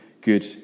good